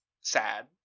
sad